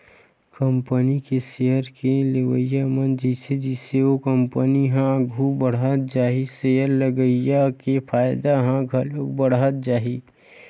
company के share के लेवई म जइसे जइसे ओ कंपनी ह आघू बड़हत जाही सेयर लगइया के फायदा ह घलो बड़हत जाही